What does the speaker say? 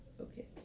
Okay